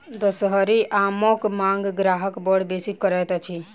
दसहरी आमक मांग ग्राहक बड़ बेसी करैत अछि